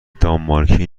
دانمارکی